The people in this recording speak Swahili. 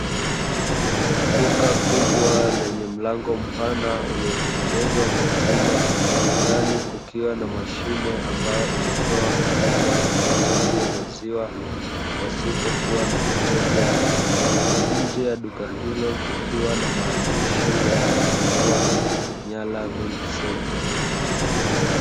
Duka kubwa lenye mlango mpana uliotengenezwa kwa chuma, ndani kukiwa na mashine ambayo inatoa huduma ya uuzaji wa maziwa, pasipo kuwa na mteja. Nje ya duka hilo kukiwa na maandishi yaliyoandikwa "Nyala Milk Centre".